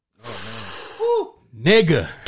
Nigga